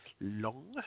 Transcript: long